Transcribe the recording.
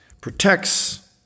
protects